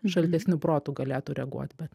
šaltesniu protu galėtų reaguot bet